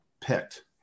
picked